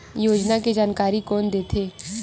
योजना के जानकारी कोन दे थे?